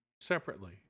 separately